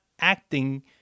acting